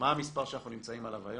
מה המספר שאנחנו נמצאים בו היום?